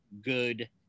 good